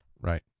right